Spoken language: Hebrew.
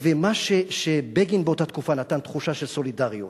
מה שבגין באותה תקופה נתן, תחושה של סולידריות,